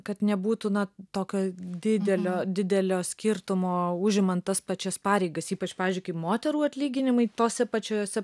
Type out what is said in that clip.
kad nebūtų na tokio didelio didelio skirtumo užimant tas pačias pareigas ypač pavyzdžiui kai moterų atlyginimai tose pačiose